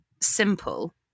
simple